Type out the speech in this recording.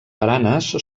baranes